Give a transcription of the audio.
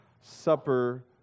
supper